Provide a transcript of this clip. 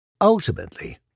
Ultimately